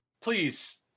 Please